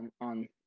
on